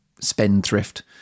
spendthrift